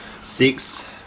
Six